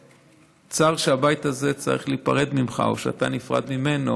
צר שהבית הזה צריך להיפרד ממך, או שאתה נפרד ממנו,